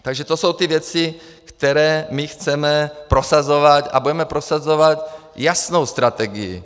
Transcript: Takže to jsou ty věci, které chceme prosazovat, a budeme prosazovat jasnou strategii.